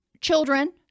children